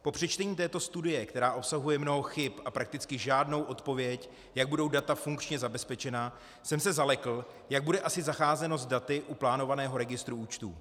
Po přečtení této studie, která obsahuje mnoho chyb a prakticky žádnou odpověď, jak budou data funkčně zabezpečena, jsem se zalekl, jak bude asi zacházeno s daty u plánovaného registru účtů.